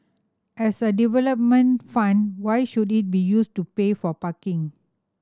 as a development fund why should it be used to pay for parking